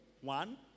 One